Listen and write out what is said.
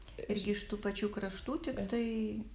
irgi iš tų pačių kraštų tiktai